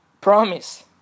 promise